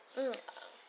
mm um